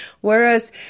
whereas